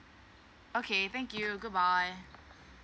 okay thank you goodbye